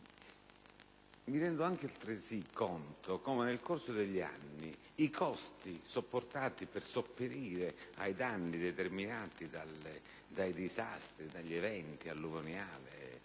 mi rendo anche conto di come, nel corso degli anni, i costi sopportati per sopperire ai danni determinati dai disastri o dagli eventi alluvionali